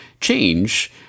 change